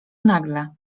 nagle